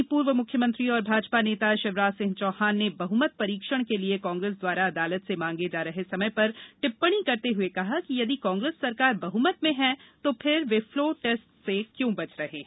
वहीं पूर्व मुख्यमंत्री और भाजपा नेता शिवराज सिंह चौहान ने बहुमत परीक्षण के लिये कांग्रेस द्वारा अदालत से मांगे जा रहे समय पर टिप्पणी करते हुए कहा कि यदि कांग्रेस सरकार बह्मत में है तो फिर वे फ़्लोर टेस्ट से क्यों बच रहे हैं